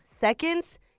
seconds